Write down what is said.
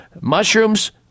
mushrooms